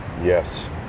Yes